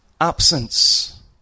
absence